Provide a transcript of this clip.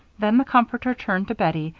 then the comforter turned to bettie,